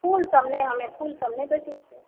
फूल सब नहि हमे फूल सब नहि बेचै छियै